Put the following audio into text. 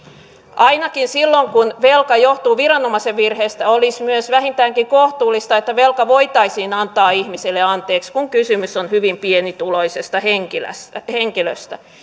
ainakin silloin kun velka johtuu viranomaisen virheestä olisi myös vähintäänkin kohtuullista että velka voitaisiin antaa ihmiselle anteeksi kun kysymys on hyvin pienituloisesta henkilöstä henkilöstä